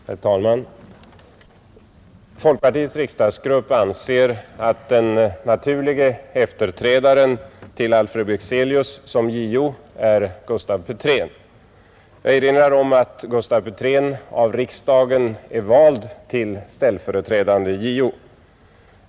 Herr talman! Folkpartiets riksdagsgrupp anser att den naturlige efterträdaren till Alfred Bexelius som justitieombudsman är Gustaf Petrén. Jag erinrar om att Gustaf Petrén av riksdagen är vald till ställföreträdande JO.